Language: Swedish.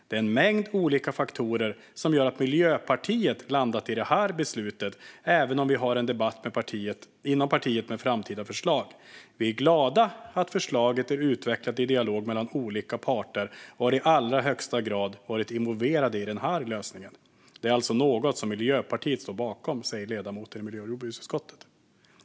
Det är en mängd olika faktorer som gör att Miljöpartiet landat i detta beslut även om vi har en debatt inom partiet om framtida förslag. Vi är glada att förslaget är utvecklat i dialog mellan olika parter och har i allra högsta grad varit involverade i den här lösningen. Det är alltså något som Miljöpartiet står bakom. Detta säger alltså ledamoten i miljö och jordbruksutskottet.